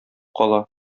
кала